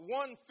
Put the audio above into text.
one